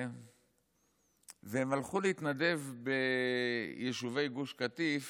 והם הלכו להתנדב ביישובי גוש קטיף